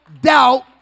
doubt